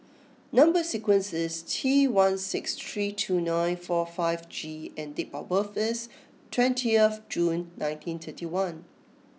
number sequence is T one six three two nine four five G and date of birth is twentieth June nineteen thirty one